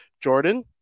Jordan